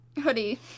Hoodie